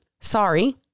Sorry